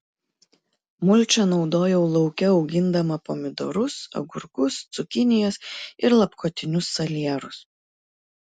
mulčią naudojau lauke augindama pomidorus agurkus cukinijas ir lapkotinius salierus